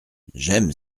j’aime